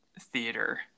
theater